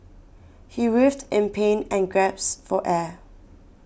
he writhed in pain and gasped for air